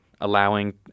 allowing